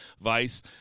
Vice